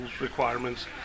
requirements